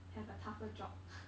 have a tougher job